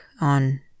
on